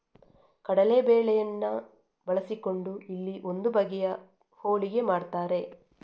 ಕಡಲೇ ಬೇಳೆಯನ್ನ ಬಳಸಿಕೊಂಡು ಇಲ್ಲಿ ಒಂದು ಬಗೆಯ ಹೋಳಿಗೆ ಮಾಡ್ತಾರೆ